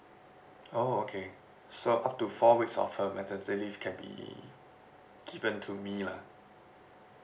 oh okay so up to four weeks of her maternity leave can be given to me lah